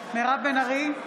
מירב בן ארי,